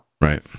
right